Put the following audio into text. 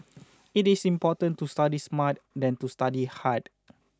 it is important to study smart than to study hard